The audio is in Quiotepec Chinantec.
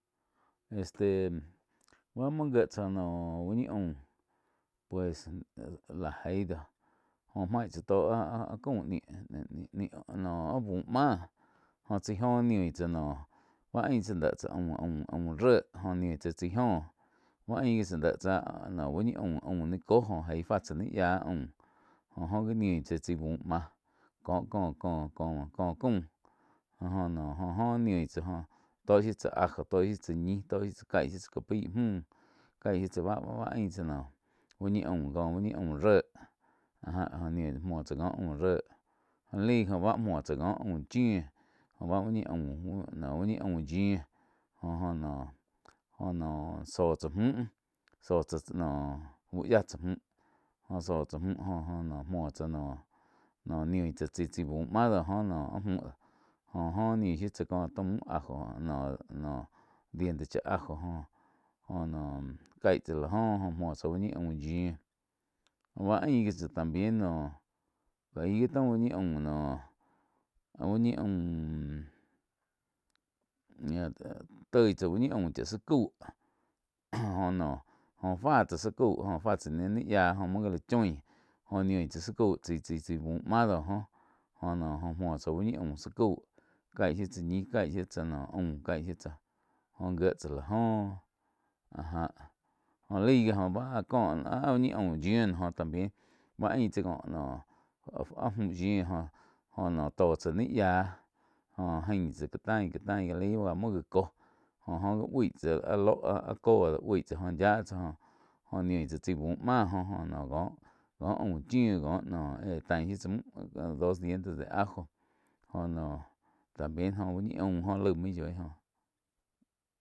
Este bá muo gié tsá noh úh ñi aum pues lá jei doh jó maig tsá tó áh-áh caum níh noh áh búh máh joh tsái joh niun tsa noh báh ain chá déh tsá aum-aum réh joh niu tsá chái joh bá ain gi tsá déh tsá áh úh ñi aum-aum ní cóh jéi fáh tsáh nii yiá aum jóh oh gi níu tsáh chái buh máh, coh có-có-có caum joh no oh joh niu tsá tó shiu tsá ajo tó shíu tsá ñih caih shiu tsáh cá ái múh caíg shiu tsá báh-báh ain úh ñi aaum cóh úh ñi aum réh áh já oh niu tsá muo tsáh có aum réh lai gi oh bá muo tsáh cóh aum chiu jóh báh úh ñi aum, úh ñi aum yiu. Jo-jo noh zóh tsáh múhh zóh tsáh noh úh yia tsáh múhh joh zóh tsá múhh joh muoo tsá noh niu tsá chaíh búh máh dóh joh áh muh do jo óh niu shiu tsá có taum ajo noh diente chá ajo. Joh jo naum caig tsá la joh muo tsá úh ñi aum yiuh báh ain gi tsá también noh ká aih gi tau úh ñi aum noh toi tsá úh ñi aum záh caú. Jóh noh fáh tsáh sá cáu fá tsá nih yía muo gá lá choin jóh niu tsá záh cau chai-chai búh máh dóh joh noh muo tsá úh ñi aum zá cau caih shiu tsá ñih, caih shiu tsá aum caih shiu tsá óh gie tsá la joh áh jáh jóh laig gi oh báh áh có úh ñi aum yíu noh joh también báh ain tsáh có áh-áh muh yiu joh noh tóh tsáh ní yíah jóh ain tsá cá tain lai la ba muo gá kóh jóh óh gi ui tsáh lóh áh-áh co do ui tsá jo yiá tsáh joh niu tsá chai buh máh jo oh có-có aum chiu cóh éh tain shiu tsá mühh dos dientes de ajo joh noh también jo uh ñi aum joh laih muo yoi joh.